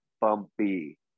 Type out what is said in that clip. bumpy